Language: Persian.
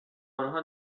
آنها